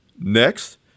Next